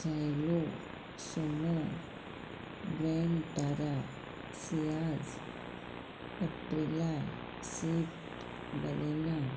जायलो Sumo Grand Vitara Ciaz Aprilia Swift Baleno